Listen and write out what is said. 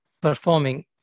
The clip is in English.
performing